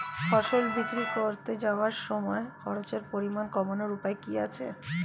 ফসল বিক্রি করতে যাওয়ার সময় খরচের পরিমাণ কমানোর উপায় কি কি আছে?